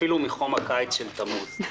אפילו מחום הקיץ של תמוז.